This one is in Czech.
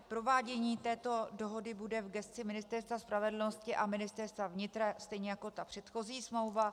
Provádění této dohody bude v gesci Ministerstva spravedlnosti a Ministerstva vnitra stejně jako ta předchozí smlouva.